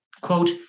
Quote